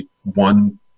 one